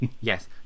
Yes